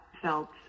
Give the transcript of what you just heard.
Felt